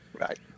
right